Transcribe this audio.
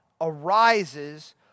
arises